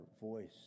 voice